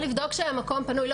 אבל צריך לבדוק שהמקום פנוי,